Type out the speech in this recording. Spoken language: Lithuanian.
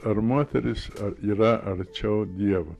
ar moteris yra arčiau dievo